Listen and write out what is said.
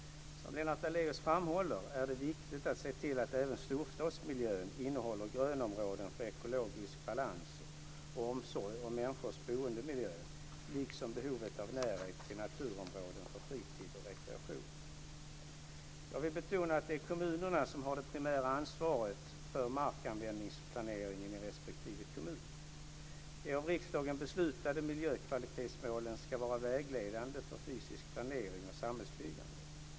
Som Lennart Daléus framhåller är det viktigt att se till att även storstadsmiljön innehåller grönområden för en ekologisk balans och omsorg om människors boendemiljö liksom behovet av närhet till naturområden för fritid och rekreation. Jag vill betona att det är kommunerna som har det primära ansvaret för markanvändningsplaneringen i respektive kommun. De av riksdagen beslutade miljökvalitetsmålen ska vara vägledande för fysisk planering och samhällsbyggande.